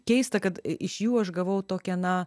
keista kad iš jų aš gavau tokią na